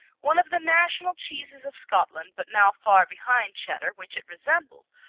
one of the national cheeses of scotland, but now far behind cheddar, which it resembles,